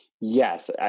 Yes